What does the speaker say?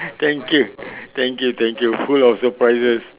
thank you thank you thank you full of surprises